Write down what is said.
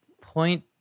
point